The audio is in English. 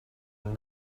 and